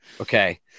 Okay